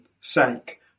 sake